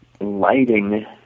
lighting